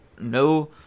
no